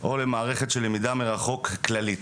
או למערכת של למידה מרחוק כללית.